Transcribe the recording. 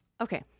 Okay